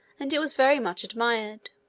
and it was very much admired.